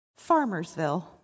Farmersville